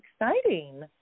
exciting